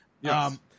Yes